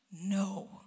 No